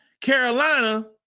Carolina